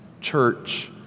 church